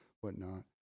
whatnot